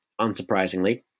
unsurprisingly